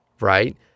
Right